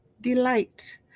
delight